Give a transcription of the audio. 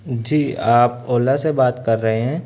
جی آپ اولا سے بات کر رہے ہیں